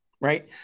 right